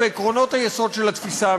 בעקרונות היסוד של התפיסה המשפטית.